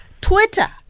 Twitter